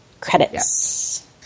Credits